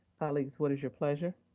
colleagues, what is your pleasure?